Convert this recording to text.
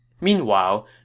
Meanwhile